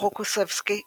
רוקוסובסקי וקונייב,